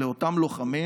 לאותם לוחמים